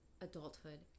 adulthood